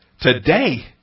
Today